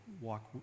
walk